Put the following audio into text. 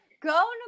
go